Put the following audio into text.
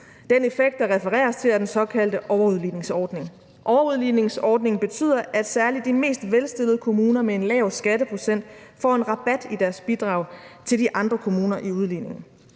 Den effekt, der refereres til, er den såkaldte overudligningsordning. Overudligningsordningen betyder, at særlig de mest velstillede kommuner med en lav skatteprocent får en rabat i deres bidrag til de andre kommuner i udligningen.